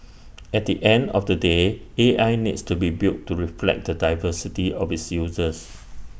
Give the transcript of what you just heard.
at the end of the day A I needs to be built to reflect the diversity of its users